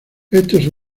estos